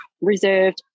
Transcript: reserved